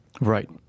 Right